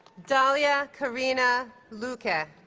dalia karina luque ah